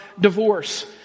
divorce